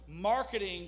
marketing